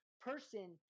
person